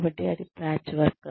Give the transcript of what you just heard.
కాబట్టి అది patch work